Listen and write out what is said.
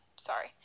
Sorry